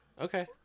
okay